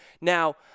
Now